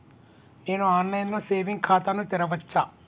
నేను online లో saving ఖాతా ను తెరవచ్చా?